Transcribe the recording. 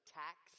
tax